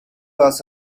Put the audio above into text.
hours